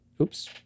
oops